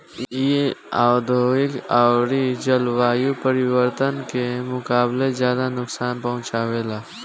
इ औधोगिक अउरी जलवायु परिवर्तन के मुकाबले ज्यादा नुकसान पहुँचावे ला